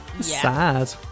sad